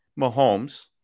Mahomes